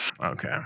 okay